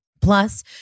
Plus